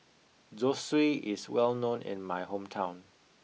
zosui is well known in my hometown